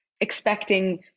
expecting